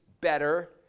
better